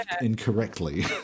incorrectly